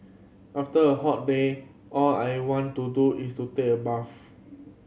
after a hot day all I want to do is to take a bath